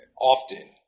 Often